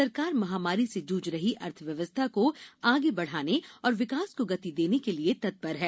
सरकार महामारी से जूझ रही अर्थव्यवस्था को आगे बढ़ाने और विकास को गति देने के लिए तत्पर है